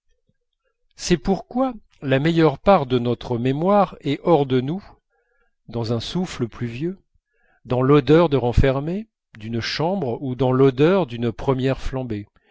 c'est pourquoi la meilleure part de notre mémoire est hors de nous dans un souffle pluvieux dans l'odeur de renfermé d'une chambre ou dans l'odeur d'une première flambée